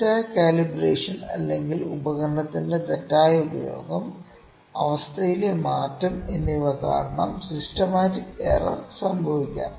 തെറ്റായ കാലിബ്രേഷൻ അല്ലെങ്കിൽ ഉപകരണത്തിന്റെ തെറ്റായ ഉപയോഗം അവസ്ഥയിലെ മാറ്റം എന്നിവ കാരണം സിസ്റ്റമാറ്റിക് എറർ സംഭവിക്കാം